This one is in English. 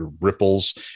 ripples